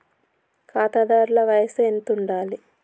ఖాతాదారుల వయసు ఎంతుండాలి?